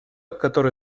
которой